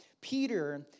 Peter